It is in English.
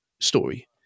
story